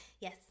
Yes